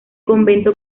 convento